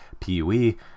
PUE